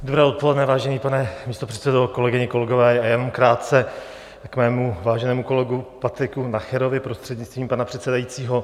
Dobré odpoledne, vážený pane místopředsedo, kolegyně, kolegové, jenom krátce k mému váženému kolegovi Patriku Nacherovi, prostřednictvím pana předsedajícího.